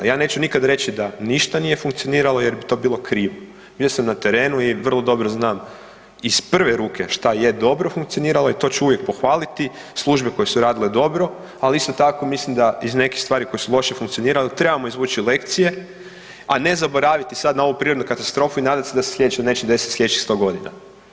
Ja neću nikad reći da ništa nije funkcioniralo, jer bi to bilo krivo, bio sam na terenu i vrlo dobro znam iz prve ruke šta je dobro funkcioniralo i to ću uvijek pohvaliti, službe koje su radile dobro, ali isto tako mislim da iz nekih stvari koje su loše funkcionirale trebamo izvući lekcije, a ne zaboraviti sad na ovu prirodnu katastrofu i nadati se da se sljedeća neće desiti sljedećih 100 godina.